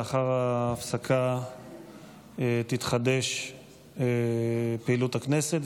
לאחר ההפסקה תתחדש פעילות הכנסת,